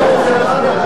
שניהם.